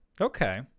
Okay